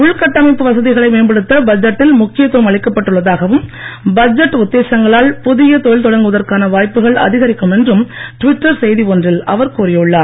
உள் கட்டமைப்பு வசதிகளை மேம்படுத்த பட்ஜெட்டில் முக்கியத்துவம் அளிக்கப்பட்டு உள்ளதாகவும் பட்ஜெட் உத்தேசங்களால் புதிய தொழில் தொடங்குவதற்கான வாய்ப்புகள் அதிகரிக்கும் என்றும் ட்விட்டர் செய்தி ஒன்றில் அவர் கூறியுள்ளார்